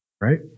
right